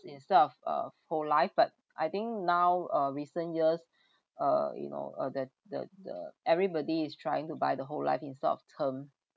instead of uh whole life but I think now uh recent years uh you know uh the the the everybody is trying to buy the whole life instead of term